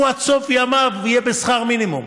הוא עד סוף ימיו יהיה בשכר מינימום.